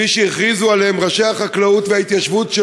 כפי שהכריזו ראשי החקלאות וההתיישבות,